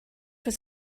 was